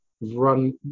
Run